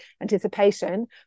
anticipation